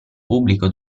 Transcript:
pubblico